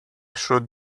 should